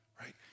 right